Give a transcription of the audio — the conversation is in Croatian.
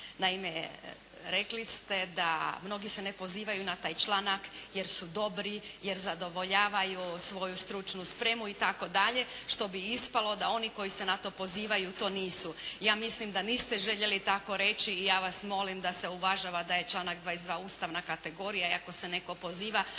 Naime, rekli ste da mnogi se ne pozivaju na taj članak jer su dobri jer zadovoljavaju svoju stručnu spremu itd. što bi ispalo da oni koji se na to pozivaju to nisu. Ja mislim da niste željeli tako reći i ja vas molim da se uvažava da je članak 22. ustavna kategorija i ako se netko poziva,